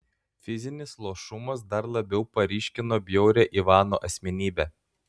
fizinis luošumas dar labiau paryškino bjaurią ivano asmenybę